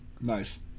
nice